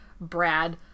Brad